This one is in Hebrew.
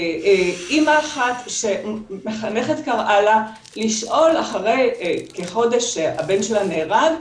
אימא אחת שמחנכת קראה לה לשאול אחרי כחודש שהבן שלה נהרג,